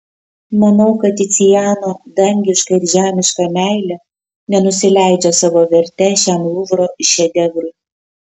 manau kad ticiano dangiška ir žemiška meilė nenusileidžia savo verte šiam luvro šedevrui